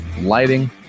lighting